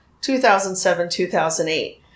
2007-2008